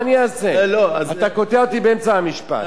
מה אני אעשה, אתה קוטע אותי באמצע המשפט.